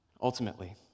Ultimately